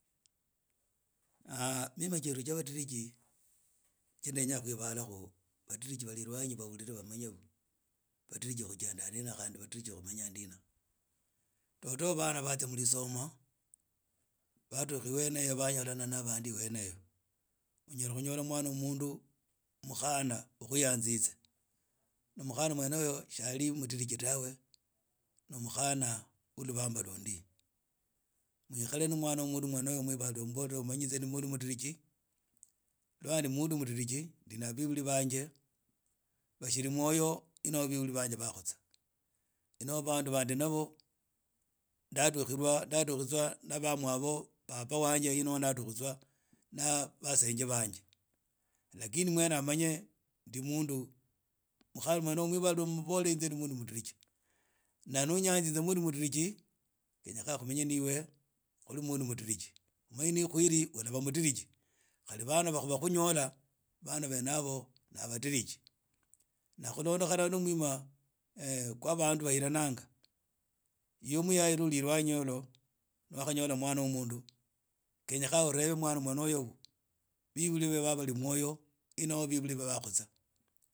mima jeru jia batirijichandenya khwibara khu batiriji bali elwanyi bahirire bamanye batiriji ba menya ndina dodo bana watsia mrisoma badukha iwene iyo banyolana na bandi iwene iyo unyala khunyola mwna wo mundu mukhana ukhuyansitse na mwana mkhan uyu tsia ali mutiriji tawe ni mukhana wo lubambo lundi mwikhale ni mwana wo mundu mwene oyu umwibale umanye inze ni mundu mutiriji lwa ndi mundu mudiriji abebuli banje bashiri mwoyo inoho bibuli bange bakhutsa inoho bandu ba ndi na bo nadukhirwa nadukhitswa na bamwabo baba wanje inoho ndadukhitswa na basenje bange lakini mwene amanye ndi mundu mukhaye mwene umbole inze ni mundu mudiriji n ani unyanzitsa mundu mudiriji yakha khumenye na iwe khuri umundu mudiriji umanye na iwe khweri ulava mudiriji. ban aba khunyola bana bene habo balaba badiriji na khulondekana no omwima khwa bandu bahirananga iyo muyayi la oli ilwanyi eyo wakhanyola mwana wo mundu khenyekha ulebe mwana mwene oyo biburi bebe ni bali mwoyo inoho biburu bebe bakhutsa.